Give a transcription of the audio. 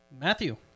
Matthew